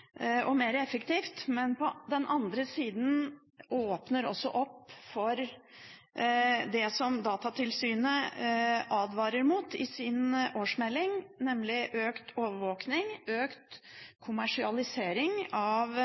og mer effektivt, men på den andre siden åpner det også opp for det som Datatilsynet advarer mot i sin årsmelding, nemlig økt overvåkning og økt kommersialisering av